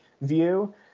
view